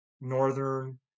northern